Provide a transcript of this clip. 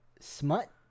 smut